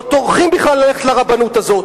לא טורחים בכלל ללכת לרבנות הזאת.